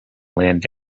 land